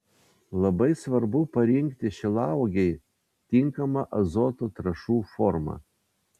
labai svarbu parinkti šilauogei tinkamą azoto trąšų formą